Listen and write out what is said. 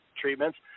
treatments